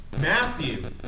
Matthew